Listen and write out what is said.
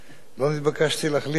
לא נתבקשתי להחליף את שר הביטחון,